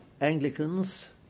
Anglicans